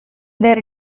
their